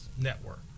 network